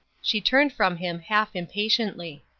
she turned from him half impatiently.